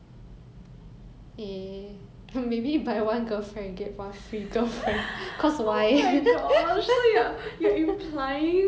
oh my gosh so you're you're implying that girlfriends can be bought so you're objectifying 女人